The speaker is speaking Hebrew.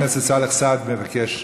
חבר הכנסת סאלח סעד מבקש,